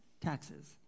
taxes